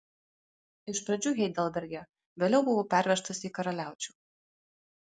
iš pradžių heidelberge vėliau buvau pervežtas į karaliaučių